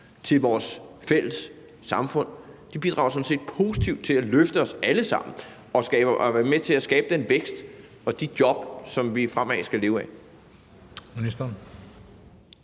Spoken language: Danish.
til vores fælles samfund, de bidrager sådan set positivt til at løfte os alle sammen og er med til at skabe den vækst og de job, som vi fremover skal leve af. Kl.